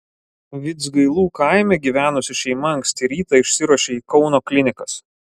vidzgailų kaime gyvenusi šeima anksti rytą išsiruošė į kauno klinikas